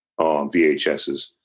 VHSs